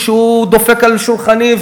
שהוא דופק על שולחני,